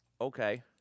Okay